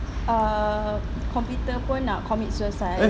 err computer pun nak commit suicide